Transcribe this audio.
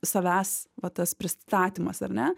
savęs va tas pristatymas ar ne